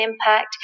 impact